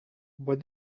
what